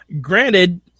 granted